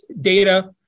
data